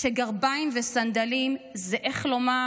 / שגרביים וסנדלים זה / איך לומר,